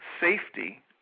safety